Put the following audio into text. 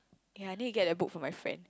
ya I need to get the book from my friend